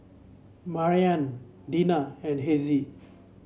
Maryann Dinah and Hezzie